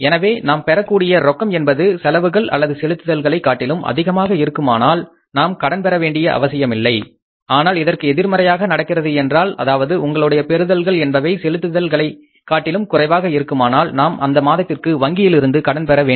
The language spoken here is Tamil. எனவே நாம் பெறக்கூடிய நோக்கம் என்பது செலவுகள் அல்லது செலுத்துதல்களைக் காட்டிலும் அதிகமாக இருக்குமானால் நாம் கடன் பெற வேண்டிய அவசியமில்லை ஆனால் இதற்கு எதிர்மறையாக நடக்கின்றது என்றால் அதாவது உங்களுடைய பெருத்தல்கள் என்பவை செலுத்துதல்களைக் காட்டிலும் குறைவாக இருக்குமானால் நாம் அந்த மாதத்தில் வங்கியிலிருந்து கடன் பெற வேண்டும்